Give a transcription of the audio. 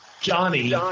Johnny